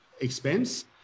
expense